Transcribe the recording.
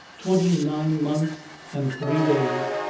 twenty-nine months and three days.